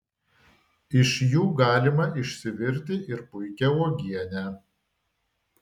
iš jų galima išsivirti ir puikią uogienę